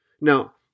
Now